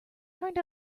turned